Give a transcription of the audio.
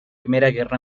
guerra